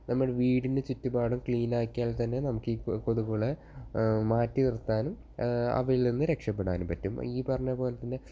നമ്മൾ വീടിനു ചുറ്റുപാടും ക്ലീൻ ആക്കിയാൽ തന്നെ നമുക്കീ കൊതുകുകളെ മാറ്റി നിർത്താനും അവയിൽ നിന്ന് രക്ഷപെടാനും പറ്റും ഈ പറഞ്ഞതു പോലെ തന്നെ